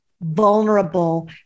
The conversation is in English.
vulnerable